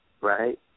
right